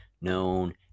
known